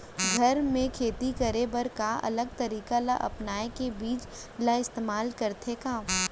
घर मे खेती करे बर का अलग तरीका ला अपना के बीज ला इस्तेमाल करथें का?